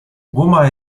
guma